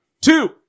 two